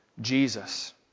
Jesus